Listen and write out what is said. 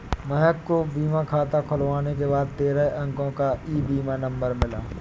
महक को बीमा खाता खुलने के बाद तेरह अंको का ई बीमा नंबर मिल गया